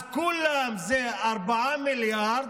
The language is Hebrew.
אז כולם זה 4 מיליארד,